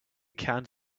count